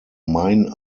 mine